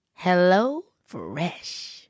HelloFresh